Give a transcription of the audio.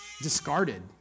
discarded